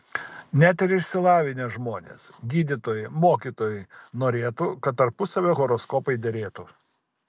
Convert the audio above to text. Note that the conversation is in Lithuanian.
net ir išsilavinę žmonės gydytojai mokytojai norėtų kad tarpusavio horoskopai derėtų